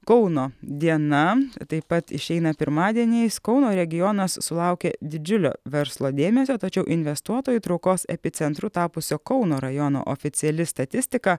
kauno diena taip pat išeina pirmadieniais kauno regionas sulaukia didžiulio verslo dėmesio tačiau investuotojų traukos epicentru tapusio kauno rajono oficiali statistika